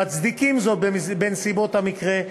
המצדיקים זאת בנסיבות המקרה,